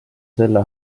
selle